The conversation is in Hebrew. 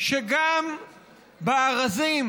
שגם בארזים